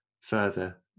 Further